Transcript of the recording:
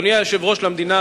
איפה הממשלה